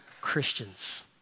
Christians